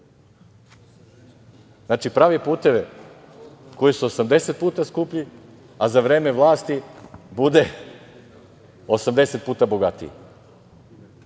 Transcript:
Znači, pravi puteve koji su 80 puta skuplji, a za vreme vlasti bude 80 puta bogatiji. Pa,